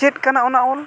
ᱪᱮᱫ ᱠᱟᱱᱟ ᱚᱱᱟ ᱚᱞ